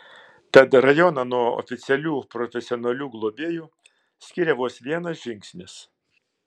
tad rajoną nuo oficialių profesionalių globėjų skiria vos vienas žingsnis